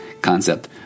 concept